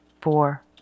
four